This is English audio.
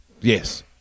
yes